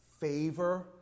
favor